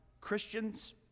Christians